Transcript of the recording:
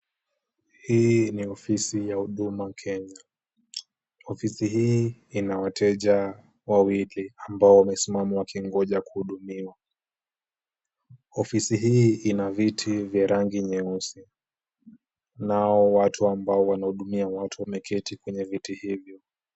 Hii ni ofisi ya Huduma Kenya. Ofisi hii ina wateja wawili ambao wamesimama wakingonja kuhudumiwa. Ofisi hii ina viti vya rangi nyeusi na hao watu ambao wanahudumia watu wameketi kwenye viti hivi.